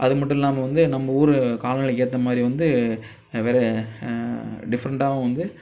அதுமட்டுல்லாமல் வந்து நம்ம ஊர் காலநிலைக்கு ஏற்றமாரி வந்து வேற டிஃரெண்ட்டாகவும் வந்து